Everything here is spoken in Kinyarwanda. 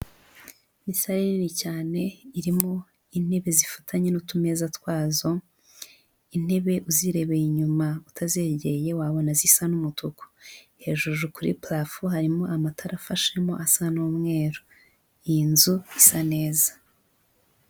Ni sare nini cyane irimo intebe zifatanye n'utumeza twazo, intebe uzirebeye inyuma utazegeye wabona zisa n'umutuku. Hejuru kuri purafo harimo amatara afashemo asa n'umweru. Iyi nzu isa neza.